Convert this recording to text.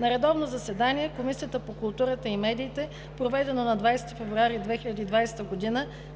На редовно заседание на Комисията по културата и медиите, проведено на 20 февруари 2020 г.,